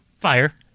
Fire